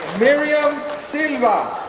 miriam silva,